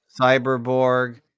Cyberborg